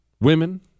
women